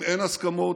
אם אין הסכמות,